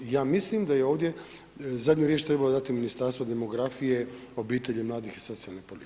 Ja mislim da je ovdje zadnju riječ trebalo dati Ministarstvo demografije, obitelji, mladih i socijalne politike.